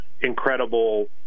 incredible